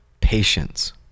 patience